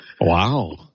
Wow